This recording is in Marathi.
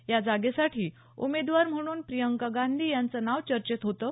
या जागेसाठी उमेदवार म्हणून प्रियंका गांधी यांचं नाव चर्चेत होतं